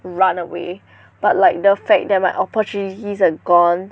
run away but like the fact that my opportunities are gone